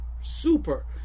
super